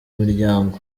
miryango